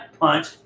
punch